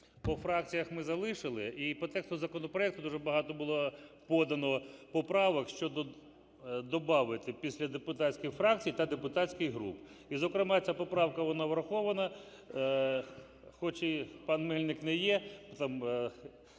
По фракціях ми залишили. І по тексту законопроекту дуже багато було подано поправок щодо добавити після "депутатських фракцій" "та депутатських груп". І, зокрема, ця поправка вона врахована. І хоч пан Мельник не є